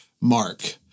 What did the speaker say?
Mark